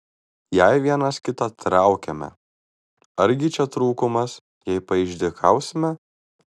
jei vienas kitą traukiame argi čia trūkumas jei paišdykausime